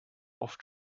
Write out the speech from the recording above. oft